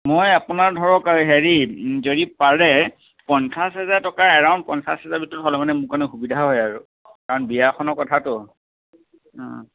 মই আপোনাৰ ধৰক এই হেৰি যদি পাৰে পঞ্চাছ হাজাৰ টকা এৰাউণ্ড পঞ্চাছ হাজাৰৰ ভিতৰত হ'লে মানে মোৰ কাৰণে সুবিধা হয় আৰু কাৰণ বিয়া এখনৰ কথাতো